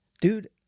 Dude